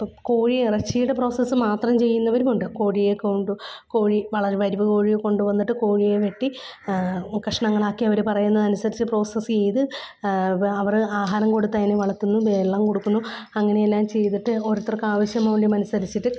ഇപ്പം കോഴിയിറച്ചിയുടെ പ്രൊസസ്സ് മാത്രം ചെയ്യുന്നവരുമുണ്ട് കോഴിയെ കൊണ്ട് കോഴി വരവ് കോഴിയെ കൊണ്ടുവന്നിട്ട് കോഴിയെ വെട്ടി കഷണങ്ങളാക്കി അവർ പറയുന്നതനുസരിച്ച് പ്രോസസ്സ് ചെയ്ത് അവർ ആഹാരം കൊടുത്ത് അതിനെ വളർത്തുന്നു വെള്ളം കൊടുക്കുന്നു അങ്ങനെയെല്ലാം ചെയ്തിട്ട് ഒരോരുത്തർക്ക് ആവശ്യമൂല്യം അനുസരിച്ചിട്ട്